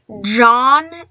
John